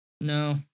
no